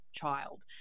child